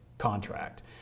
contract